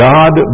God